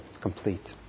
complete